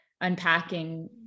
unpacking